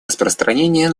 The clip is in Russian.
распространения